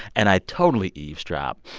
and i totally eavesdrop.